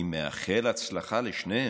אני מאחל הצלחה לשניהם,